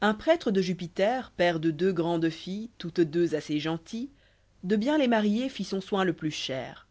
un prêtre de jupiter père de deux grandes filles toutes deux assez gentilles de bien les marier fit son soin lé plus cher